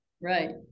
Right